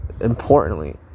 importantly